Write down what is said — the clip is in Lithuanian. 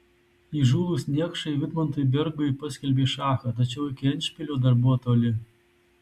įžūlūs niekšai vidmantui bergui paskelbė šachą tačiau iki endšpilio dar buvo toli